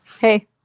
Hey